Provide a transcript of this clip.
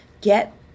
get